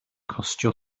costio